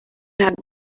have